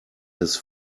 his